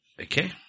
Okay